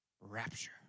Rapture